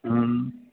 हम्म